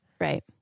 Right